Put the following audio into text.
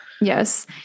Yes